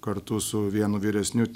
kartu su vienu vyresniu